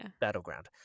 battleground